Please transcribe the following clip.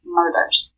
murders